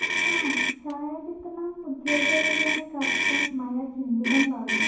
आं छायाचित्रणम् उद्योगरूपेण कर्तुं मया चिन्तितं भवति